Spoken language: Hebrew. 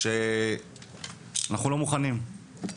שאנחנו לא מוכנים.